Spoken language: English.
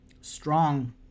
Strong